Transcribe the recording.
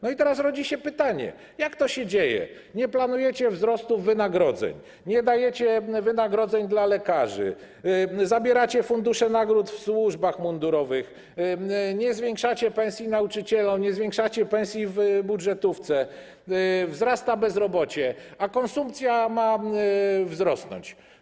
I teraz rodzi się pytanie: Jak to się dzieje, że nie planujecie wzrostu wynagrodzeń, nie dajecie wynagrodzeń dla lekarzy, zabieracie fundusze nagród w służbach mundurowych, nie zwiększacie pensji nauczycielom, nie zwiększacie pensji w budżetówce, wzrasta bezrobocie, a konsumpcja ma wzrosnąć?